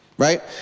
right